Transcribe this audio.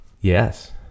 Yes